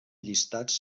llistats